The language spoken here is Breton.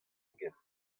ugent